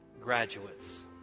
graduates